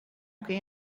quem